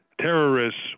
terrorists